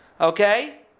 Okay